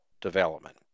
development